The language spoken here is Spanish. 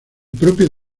propio